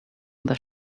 their